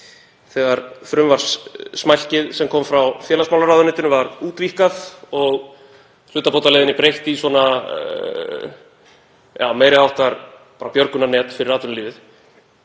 þegar frumvarpssmælkið sem kom frá félagsmálaráðuneytinu var útvíkkað og hlutabótaleiðinni breytt í meiri háttar björgunarnet fyrir atvinnulífið.